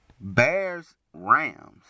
Bears-Rams